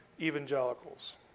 evangelicals